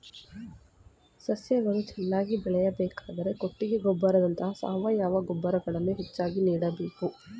ಸಸ್ಯಗಳು ಚೆನ್ನಾಗಿ ಬೆಳೆಯಬೇಕಾದರೆ ಕೊಟ್ಟಿಗೆ ಗೊಬ್ಬರದಂತ ಸಾವಯವ ಗೊಬ್ಬರಗಳನ್ನು ಹೆಚ್ಚಾಗಿ ನೀಡಬೇಕು